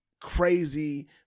crazy